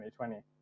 2020